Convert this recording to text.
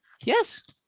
yes